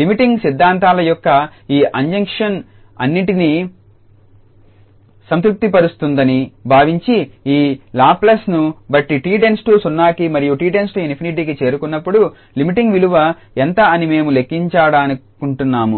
limiting సిద్ధాంతాల యొక్క ఈ అజంషన్స్ అన్నింటినీ సంతృప్తిపరుస్తుందని భావించి ఈ లాప్లేస్ను బట్టి 𝑡 →0కి మరియు 𝑡→∞కి చేరుకున్నప్పుడు లిమిటింగ్ విలువ ఎంత అని మేము లెక్కించాలనుకుంటున్నాము